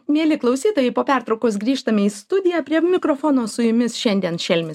mieli klausytojai po pertraukos grįžtame į studiją prie mikrofono su jumis šiandien šelmis